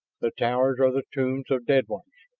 the towers are the tombs of dead ones.